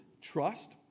trust